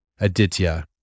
Aditya